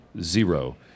Zero